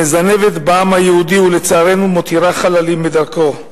מזנבת בעם היהודי, ולצערנו מותירה חללים בדרכו,